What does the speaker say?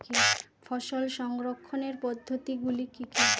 ফসল সংরক্ষণের পদ্ধতিগুলি কি কি?